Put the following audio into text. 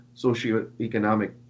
socioeconomic